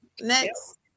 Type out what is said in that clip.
next